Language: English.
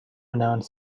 renowned